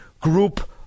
group